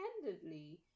independently